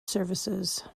services